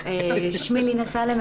שמי לינא סאלם,